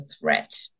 threat